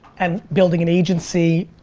and building an agency,